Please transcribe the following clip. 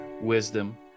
wisdom